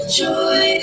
joy